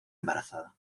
embarazada